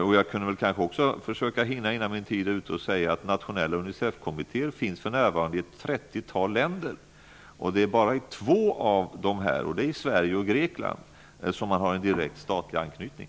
Innan min taletid är ute vill jag försöka hinna säga att det för närvarande finns nationella Unicefkommitteér i ett trettiotal länder. Det är bara i två av dessa, Sverige och Grekland, som man har en direkt statlig anknytning.